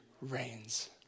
reigns